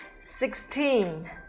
sixteen